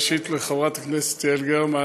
ראשית לחברת הכנסת יעל גרמן: